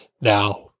Now